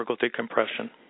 decompression